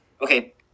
Okay